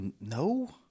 No